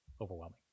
overwhelming